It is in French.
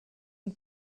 une